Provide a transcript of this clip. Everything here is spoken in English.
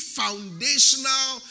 foundational